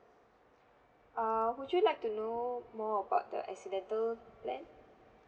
err would you like to know more about the accidental plan